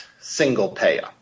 single-payer